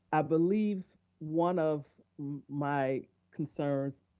i believe one of my concerns,